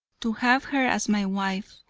to have her as my wife,